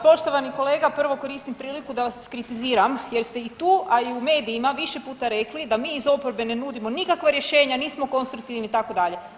Poštovani kolega prvo koristim priliku da vas kritiziram jer ste i tu, a i u medijima više puta rekli da mi iz oporbe ne nudimo nikakva rješenja, nismo konstruktivni itd.